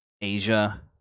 Asia